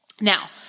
Now